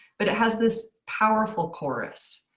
but it has this powerful chorus.